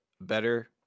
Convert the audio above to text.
better